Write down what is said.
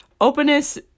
Openness